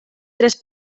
tres